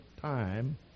time